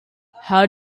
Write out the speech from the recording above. how